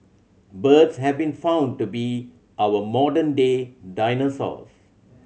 birds have been found to be our modern day dinosaurs